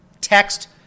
text